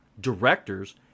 directors